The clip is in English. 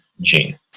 gene